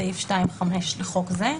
כנוסחו בסעיף 2(5) לחוק זה,